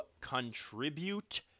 contribute